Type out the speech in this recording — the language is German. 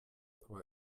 aber